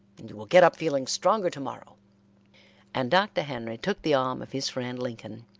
and you will get up feeling stronger to-morrow and dr. henry took the arm of his friend lincoln,